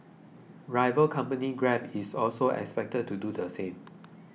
rival company Grab is also expected to do the same